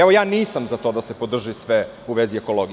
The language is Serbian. Evo, ja nisam za to da se podrži sve u vezi ekologije.